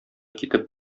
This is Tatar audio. китеп